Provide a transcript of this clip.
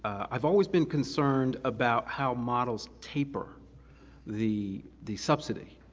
i've always been concerned about how models taper the the subsidy,